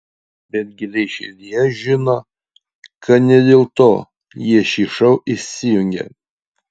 bet giliai širdyje žino kad ne dėl to jie šį šou įsijungia